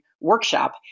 workshop